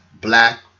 black